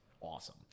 awesome